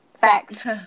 facts